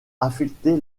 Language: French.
affecter